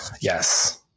yes